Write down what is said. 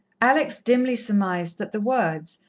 alex dimly surmised that the words,